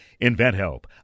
InventHelp